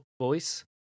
voice